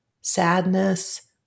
sadness